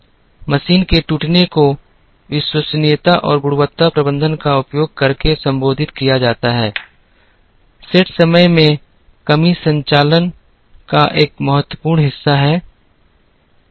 machine के टूटने को विश्वसनीयता और गुणवत्ता प्रबंधन का उपयोग करके संबोधित किया जाता है सेट समय में कमी संचालन का एक महत्वपूर्ण हिस्सा है